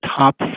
top